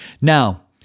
Now